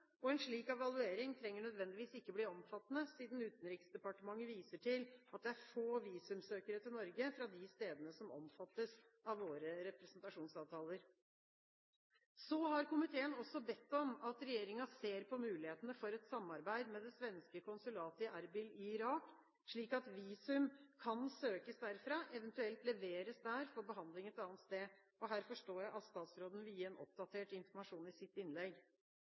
En slik evaluering trenger nødvendigvis ikke å bli omfattende, siden Utenriksdepartementet viser til at det er få visumsøkere til Norge fra de stedene som omfattes av våre representasjonsavtaler. Komiteen har også bedt om at regjeringen ser på mulighetene for et samarbeid med det svenske konsulatet i Erbil i Irak, slik at visum kan søkes derfra, eventuelt leveres der for behandling et annet sted. Her forstår jeg at statsråden vil gi oppdatert informasjon i sitt innlegg.